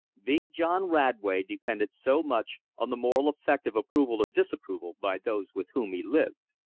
big john radway depended so much on the moral effect of approval or disapproval by those with whom he lived.